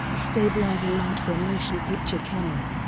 a stabilizing mount for a motion picture camera,